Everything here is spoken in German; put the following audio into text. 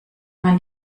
man